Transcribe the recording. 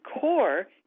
core